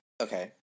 okay